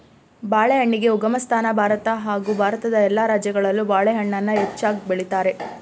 ಬಾಳೆಹಣ್ಣಿಗೆ ಉಗಮಸ್ಥಾನ ಭಾರತ ಹಾಗೂ ಭಾರತದ ಎಲ್ಲ ರಾಜ್ಯಗಳಲ್ಲೂ ಬಾಳೆಹಣ್ಣನ್ನ ಹೆಚ್ಚಾಗ್ ಬೆಳಿತಾರೆ